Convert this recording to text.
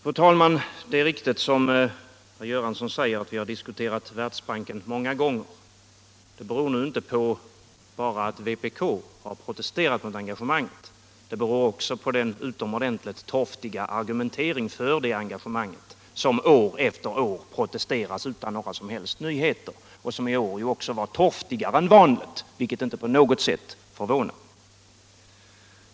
Fru talman! Det är riktigt som herr Göransson säger att vi har diskuterat Världsbanken många gånger. Det beror nu inte bara på att vpk har protesterat mot detta engagemang, utan det beror också på den utomordentligt torftiga argumentering för det engagemanget som år efter år presterats utan några som helst nyheter och som i år var tlorftigare än vanligt, vilket inte på något sätt förvånar.